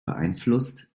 beeinflusst